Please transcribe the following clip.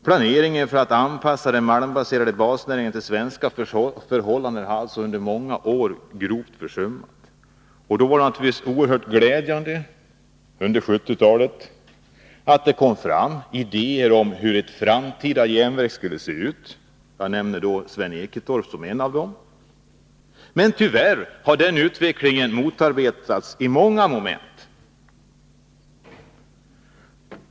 Planeringen för att anpassa den malmbaserade basnäringen till svenska förhållanden har alltså under många år grovt försummats, och då var det naturligtvis oerhört glädjande att det under 1970-talet kom fram idéer om hur ett framtida järnverk skulle se ut — jag har i interpellationen nämnt Sven Ekentorp. Men tyvärr har den utvecklingen motarbetats i många moment.